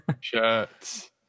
shirts